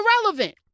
irrelevant